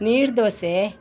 ನೀರು ದೋಸೆ